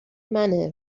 منه